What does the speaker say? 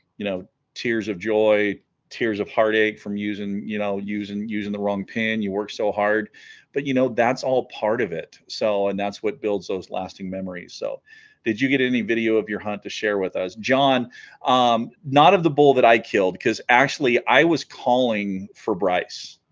you know tears of joy tears of heartache from using you know using using the wrong pin you work so hard but you know that's all part of it so and that's what builds those lasting memories so did you get any video of your hunt to share with us john um not of the bull that i killed because actually i was calling for bryce